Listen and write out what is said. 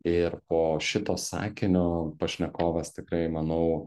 ir po šito sakinio pašnekovas tikrai manau